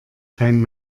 kein